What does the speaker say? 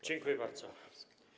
Dziękuję bardzo.